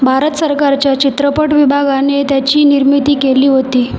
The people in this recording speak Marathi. भारत सरकारच्या चित्रपट विभागाने त्याची निर्मिती केली होती